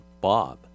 Bob